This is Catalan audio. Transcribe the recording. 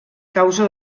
causa